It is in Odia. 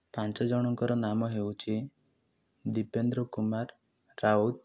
ପାଞ୍ଚଜଣଙ୍କର ନାମ ହେଉଛି ଦୀପେନ୍ଦ୍ର କୁମାର ରାଉତ